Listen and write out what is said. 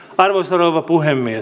arvoisa rouva puhemies